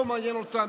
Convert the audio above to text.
לא מעניין אותם.